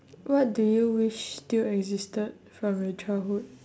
what do you wish still existed from your childhood